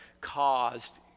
caused